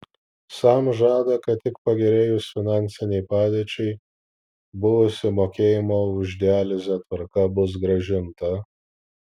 sam žada kad tik pagerėjus finansinei padėčiai buvusi mokėjimo už dializę tvarka bus grąžinta